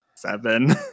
seven